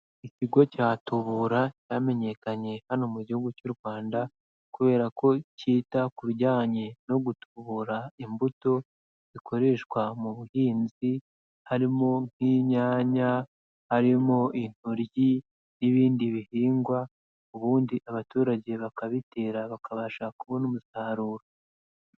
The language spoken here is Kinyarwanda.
Ikigo cya tobura cyamenyekanye hano mu Igihugu cy'u Rwanda, kubera ko cyita ku bijyanye no gubura imbuto zikoreshwa mu buhinzi, harimo nk'inyanya, harimo intoryo n'ibindi bihingwa, ubundi abaturage bakabitera bakabasha kubona umusaruro.